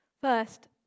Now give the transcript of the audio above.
First